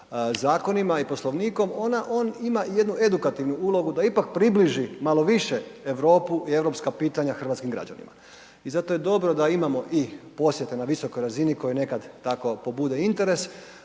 zakonima i Poslovnikom. On ima jednu edukativnu ulogu da ipak približi malo više Europu i europska pitanja hrvatskim građanima i zato je dobro da imamo i posjete na visokoj razini koje nekad tako pobude interes,